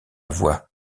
voix